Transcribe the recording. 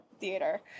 theater